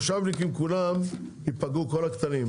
שהמושבניקים כולם ייפגעו, כל הקטנים.